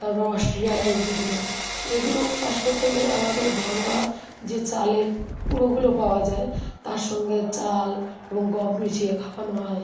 তারপর অস্ট্রেলিয়ান মুরগিগুলো এগুলোও চাষ করতে গেলে আমাদের ঘরোয়া যে চালের কুঁড়োগুলো পাওয়া যায় তার সঙ্গে চাল এবং গম মিশিয়ে খাওয়ানো হয়